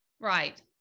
Right